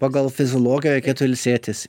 pagal fiziologiją reikėtų ilsėtis